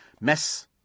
Mess